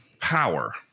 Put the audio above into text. power